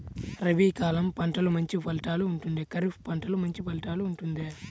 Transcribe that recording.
రబీ కాలం పంటలు మంచి ఫలితాలు ఉంటుందా? ఖరీఫ్ పంటలు మంచి ఫలితాలు ఉంటుందా?